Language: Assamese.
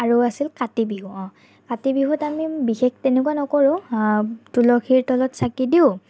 আৰু আছিল কাতি বিহু অঁ কাতি বিহুত আমি বিশেষ তেনেকুৱা নকৰোঁ তুলসীৰ তলত চাকি দিওঁ